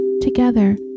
Together